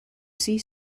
see